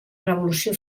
revolució